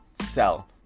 sell